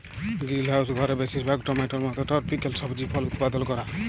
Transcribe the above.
greenhouse ঘরে বেশিরভাগ টমেটোর মত টরপিক্যাল সবজি ফল উৎপাদল ক্যরা